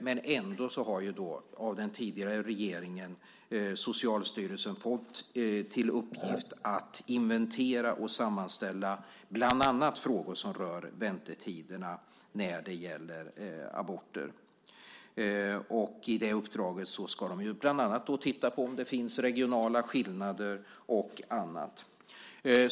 Ändå har Socialstyrelsen av den tidigare regeringen fått till uppgift att inventera och sammanställa bland annat frågor som rör väntetiderna när det gäller aborter. I det uppdraget ska de bland annat titta på om det finns regionala skillnader.